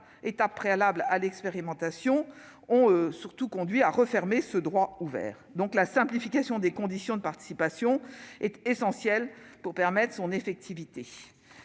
étapes préalables à l'expérimentation ont surtout conduit à refermer le droit qui avait été ouvert. La simplification des conditions de participation est donc essentielle pour permettre son effectivité.